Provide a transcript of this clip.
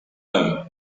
them